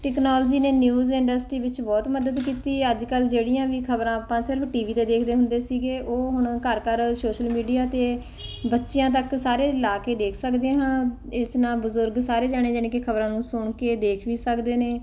technology ਨੇ news industry ਵਿੱਚ ਬਹੁਤ ਮਦਦ ਕੀਤੀ ਅੱਜ ਕੱਲ੍ਹ ਜਿਹੜੀਆਂ ਵੀ ਖਬਰਾਂ ਆਪਾਂ ਸਿਰਫ ਟੀ ਵੀ 'ਤੇ ਦੇਖਦੇ ਹੁੰਦੇ ਸੀਗੇ ਉਹ ਹੁਣ ਘਰ ਘਰ ਸੋਸ਼ਲ ਮੀਡੀਆ 'ਤੇ ਬੱਚਿਆਂ ਤੱਕ ਸਾਰੇ ਲਾ ਕੇ ਦੇਖ ਸਕਦੇ ਹਾਂ ਇਸ ਨਾਲ ਬਜ਼ੁਰਗ ਸਾਰੇ ਜਾਣੇ ਯਾਨੀ ਕਿ ਖਬਰਾਂ ਨੂੰ ਸੁਣ ਕੇ ਦੇਖ ਵੀ ਸਕਦੇ ਨੇ